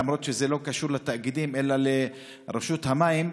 למרות שזה לא קשור לתאגידים אלא לרשות המים,